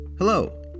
Hello